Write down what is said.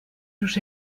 sus